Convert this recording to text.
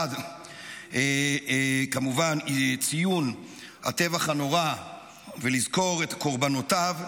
כמובן לצד ציון הטבח הנורא ולזכור את קורבנותיו,